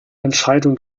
entscheidung